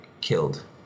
killed